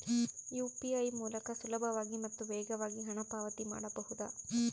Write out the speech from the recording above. UPI ಮೂಲಕ ಸುಲಭವಾಗಿ ಮತ್ತು ವೇಗವಾಗಿ ಹಣ ಪಾವತಿ ಮಾಡಬಹುದಾ?